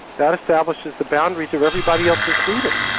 that establishes the boundaries of everybody else's freedom.